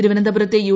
തിരുവന്ന്തപ്പുരത്തെ U